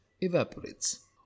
evaporates